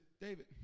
David